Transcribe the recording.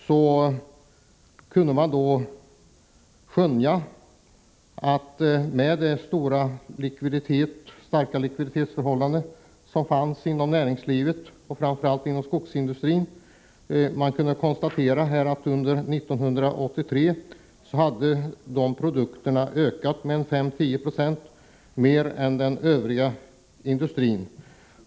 Man kunde då skönja en stark likviditet inom näringslivet, framför allt inom skogsindustrin. Produktpriserna inom träindustrin ökade under 1983 med 5—10 96 mer än inom den övriga industrin.